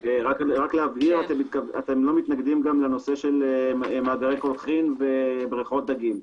אתם לא מתנגדים לנושא של מאגרי קולחין ובריכות דגים,